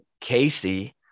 Casey